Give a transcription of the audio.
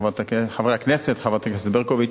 חברי הכנסת, חברת הכנסת ברקוביץ,